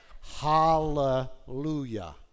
Hallelujah